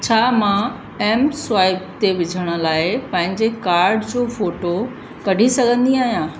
छा मां एम स्वाइप ते विझण लाइ पंहिंजे कार्ड जो फोटो कढी सघंदी आहियां